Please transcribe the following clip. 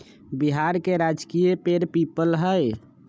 बिहार के राजकीय पेड़ पीपल हई